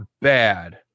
bad